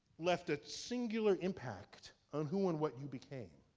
left a singular impact on who and what you became?